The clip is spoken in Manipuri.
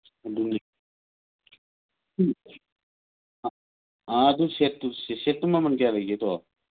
ꯑꯥ ꯑꯗꯨ ꯁꯦꯠꯇꯨ ꯃꯃꯟ ꯀꯌꯥ ꯂꯩꯒꯦ ꯑꯗꯣ